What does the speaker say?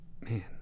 Man